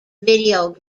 video